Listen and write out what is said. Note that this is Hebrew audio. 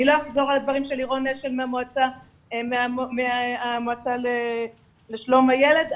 אני לא אחזור על הדברים של לירון אשל מהמועצה לשלום הילד,